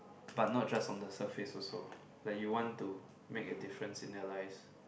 but not just on the surface also like you want to make a difference in their lives